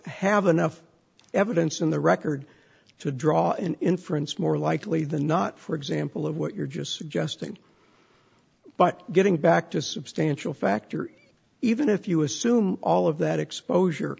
have enough evidence in the record to draw an inference more likely than not for example of what you're just suggesting but getting back to a substantial factor even if you assume all of that exposure